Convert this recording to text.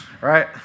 right